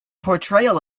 portrayal